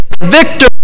victor